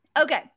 Okay